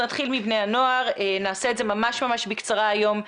נתחיל מבני הנוער, נעשה את זה ממש בקצרה היום.